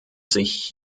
sich